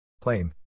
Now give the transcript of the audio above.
Claim